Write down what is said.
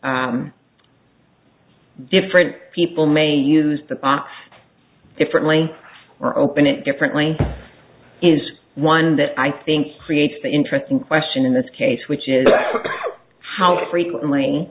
different people may use the box differently or open it differently is one that i think creates the interesting question in this case which is how frequently